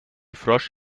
frosch